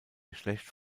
geschlecht